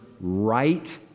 right